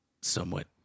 somewhat